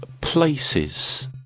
places